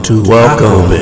Welcome